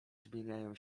zmieniają